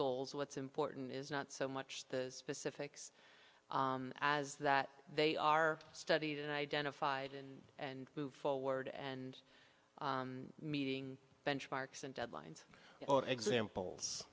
goals what's important is not so much the specifics as that they are studied and identified and and move forward and meeting benchmarks and deadlines or examples